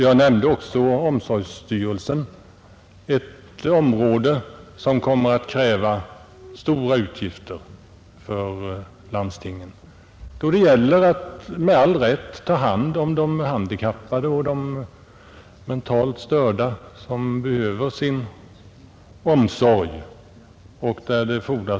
Jag nämnde också omsorgsstyrelsen, ett område som kommer att kräva stora utgifter för landstingen, då det gäller att med all rätt ta hand om de handikappade och de mentalt störda, som behöver omsorg.